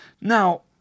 Now